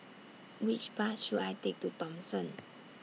Which Bus should I Take to Thomson